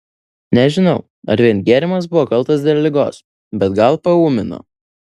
nežinau ar vien gėrimas buvo kaltas dėl ligos bet gal paūmino